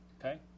Okay